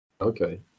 Okay